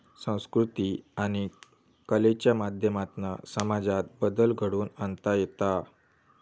संकृती आणि कलेच्या माध्यमातना समाजात बदल घडवुन आणता येता